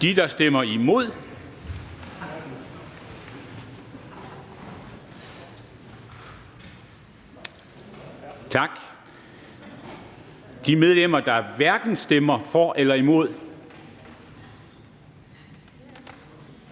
bedes rejse sig. Tak. De medlemmer, der hverken stemmer for eller imod,